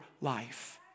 life